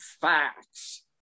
facts